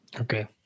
Okay